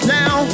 now